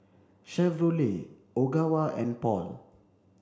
Chevrolet Ogawa and Paul